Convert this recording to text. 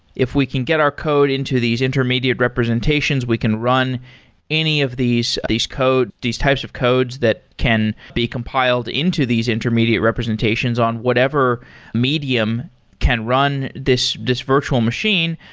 if we can get our code into these intermediate representations, we can run any of these these code, these types of codes that can be compiled into these intermediate representations on whatever medium can run this this virtual machine.